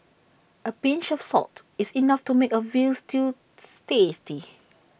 A pinch of salt is enough to make A Veal Stew tasty